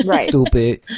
stupid